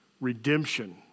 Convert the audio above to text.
redemption